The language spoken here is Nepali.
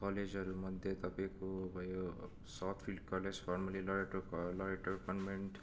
कलेजहरूमध्ये तपाईँको भयो South Field College formerly Loreto क लरेटो कन्भेन्ट